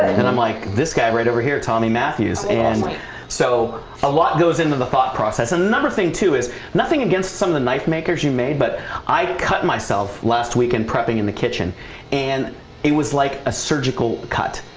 and i'm like this guy right over here tommy matthews. and so a lot goes into the thought process and no thing too is nothing against some of the knife makers you made but i cut myself last week in prepping in the kitchen and it was like a surgical cut.